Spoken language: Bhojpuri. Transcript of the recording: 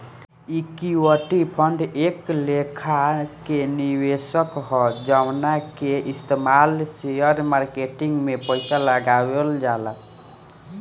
ईक्विटी फंड एक लेखा के निवेश ह जवना के इस्तमाल शेयर मार्केट में पइसा लगावल जाला